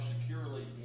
securely